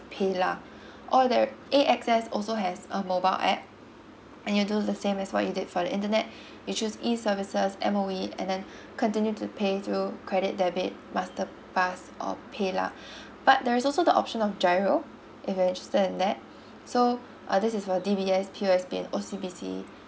paylah or the A_X_S also has a mobile app and you do the same as what you did for the internet you choose E services M_O_E and then continue to pay through credit debit master pass or paylah but there is also the option of giro if you're interested in that so uh this is for D_B_S P_O_S_B and O_C_B_C